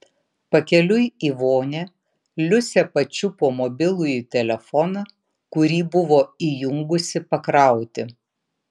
pakeliui į vonią liusė pačiupo mobilųjį telefoną kurį buvo įjungusi pakrauti